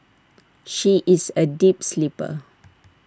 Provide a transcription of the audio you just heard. she is A deep sleeper